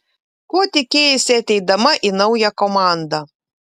ko tikėjaisi ateidama į naują komandą